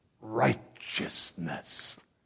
Righteousness